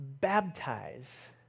baptize